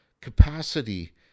capacity